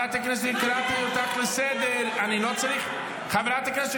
מה אכפת לך --- חברת הכנסת שטרית,